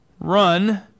run